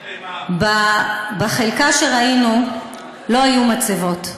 בחלקה שראינו לא היו מצבות.